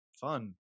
fun